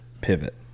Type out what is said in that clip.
pivot